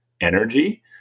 energy